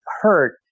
hurt